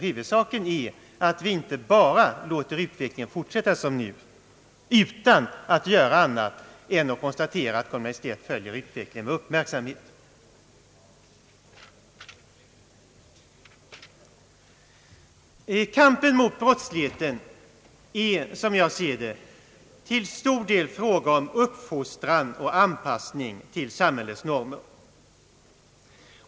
Huvudsaken är att vi inte låter utvecklingen fortsätta som nu utan att göra annat än att konstatera att Kungl. Maj:t följer utvecklingen med uppmärksamhet. Kampen mot brottsligheten är, som jag ser det, till stor del en fråga om uppfostran och anpassning till samhällets normer.